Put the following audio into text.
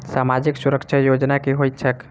सामाजिक सुरक्षा योजना की होइत छैक?